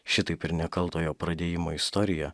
šitaip ir nekaltojo pradėjimo istorija